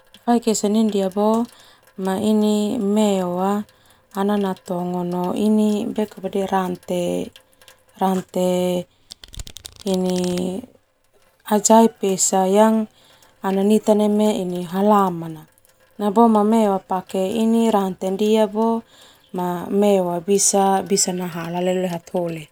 Meo natongo no rante rante ini ajaib esa nita neme halaman meo pake rante ndia boma bisa nahala leo hataholi.